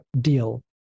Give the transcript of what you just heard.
deal